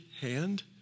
hand